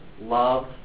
love